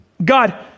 God